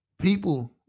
People